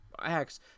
acts